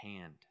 hand